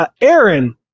Aaron